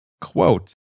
Quote